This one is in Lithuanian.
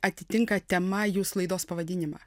atitinka tema jūsų laidos pavadinimą